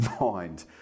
mind